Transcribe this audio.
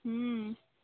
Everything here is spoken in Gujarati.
હં